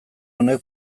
honek